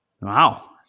Wow